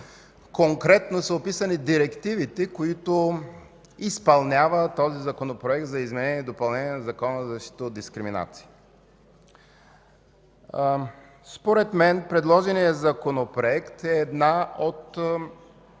конкретно са описани директивите, които изпълнява този Законопроект за изменение и допълнение на Закона за защита от дискриминация. Според мен предложеният Законопроект е една от